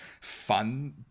fun